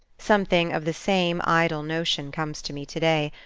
something of the same idle notion comes to me to-day,